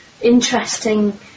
interesting